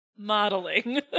modeling